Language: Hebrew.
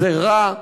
זה רע,